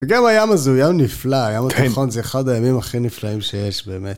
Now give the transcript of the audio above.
וגם הים הזה הוא ים נפלא, ים נכון, זה אחד הימים הכי נפלאים שיש באמת.